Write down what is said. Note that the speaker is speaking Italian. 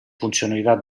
funzionalità